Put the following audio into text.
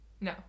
No